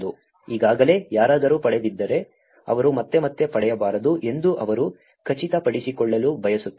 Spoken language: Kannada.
ಈಗಾಗಲೇ ಯಾರಾದರೂ ಪಡೆದಿದ್ದರೆ ಅವರು ಮತ್ತೆ ಮತ್ತೆ ಪಡೆಯಬಾರದು ಎಂದು ಅವರು ಖಚಿತಪಡಿಸಿಕೊಳ್ಳಲು ಬಯಸುತ್ತಾರೆ